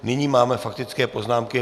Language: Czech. Nyní máme faktické poznámky.